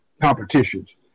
competitions